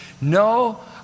no